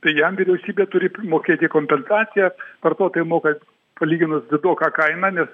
tai jam vyriausybė turi primokėti kompensacijas vartotojai moka palyginus didoką kainą nes